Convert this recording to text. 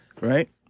right